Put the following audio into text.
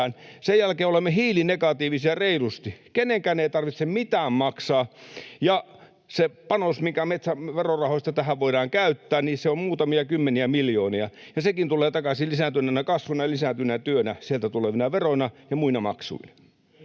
Sen jälkeen olemme hiilinegatiivisia reilusti. Kenenkään ei tarvitse mitään maksaa. Ja se panos, mikä verorahoista tähän voidaan käyttää, on muutamia kymmeniä miljoonia, ja sekin tulee takaisin lisääntyneenä kasvuna ja lisääntyneenä työnä, sieltä tulevina veroina ja muina maksuina.